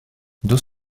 deux